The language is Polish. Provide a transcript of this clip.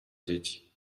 dzieci